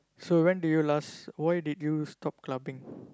so when did you last why did you stop clubbing